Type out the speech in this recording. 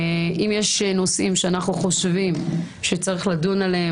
אם יש נושאים שאנחנו חושבים שצריך לדון בהם